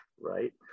right